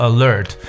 Alert